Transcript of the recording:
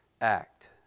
act